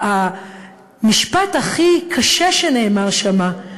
המשפט הכי קשה שנאמר שם,